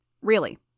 Really